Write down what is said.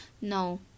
No